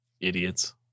Idiots